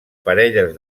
parelles